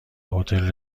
هتل